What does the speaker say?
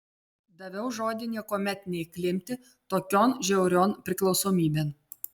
daviau žodį niekuomet neįklimpti tokion žiaurion priklausomybėn